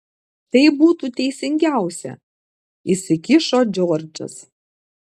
tai būtų teisingiausia įsikišo džordžas